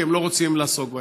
כי הם לא רוצים לעסוק בהם.